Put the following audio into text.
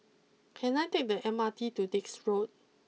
can I take the M R T to Dix Road